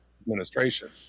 administration